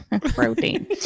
protein